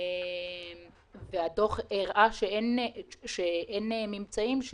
והדוח הראה שאין ממצאים,